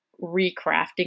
recrafting